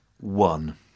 one